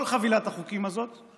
כל חבילת החוקים הזאת,